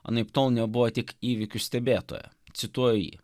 anaiptol nebuvo tik įvykių stebėtoja cituoju jį